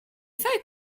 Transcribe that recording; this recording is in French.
feuilles